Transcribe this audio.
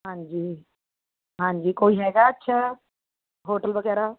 ਹਾਂਜੀ ਹਾਂਜੀ ਕੋਈ ਹੈਗਾ ਅੱਛਾ ਹੋਟਲ ਵਗੈਰਾ